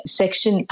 section